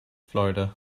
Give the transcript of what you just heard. florida